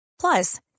plus